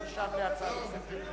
מה זה נולדו ילדים שלא כדין?